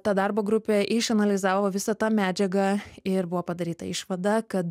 ta darbo grupė išanalizavo visą tą medžiagą ir buvo padaryta išvada kad